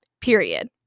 period